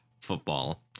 football